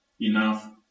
enough